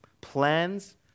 plans